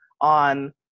on